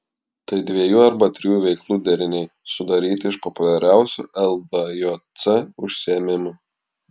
tai dviejų arba trijų veiklų deriniai sudaryti iš populiariausių lvjc užsiėmimų